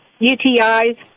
UTIs